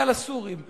שנוגע בעיקר לסורים.